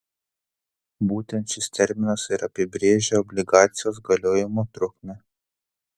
būtent šis terminas ir apibrėžia obligacijos galiojimo trukmę